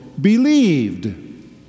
believed